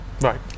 Right